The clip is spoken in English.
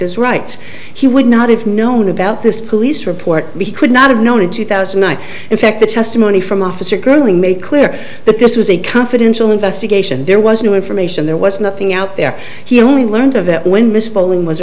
his rights he would not have known about this police report we could not have known in two thousand i in fact the testimony from officer curley made clear that this was a confidential investigation there was no information there was nothing out there he only learned of that when miss bowling was